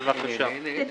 בבקשה.